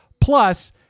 Plus